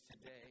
today